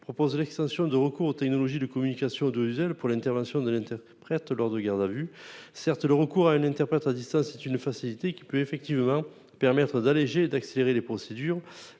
propose l'extension de recours aux technologies de communication audiovisuelle pour l'intervention de l'interprète lors des gardes à vue. Certes, le recours à un interprète à distance est une facilité qui peut permettre d'alléger et d'accélérer les procédures,